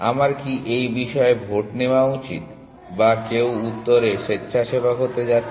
আমার কি এই বিষয়ে ভোট নেওয়া উচিত বা কেউ উত্তরে স্বেচ্ছাসেবক হতে যাচ্ছে